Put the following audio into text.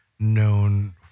Known